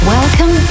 Welcome